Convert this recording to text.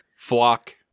flock